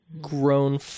grown